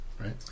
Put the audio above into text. Right